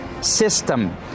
system